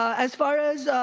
as far as